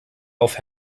auch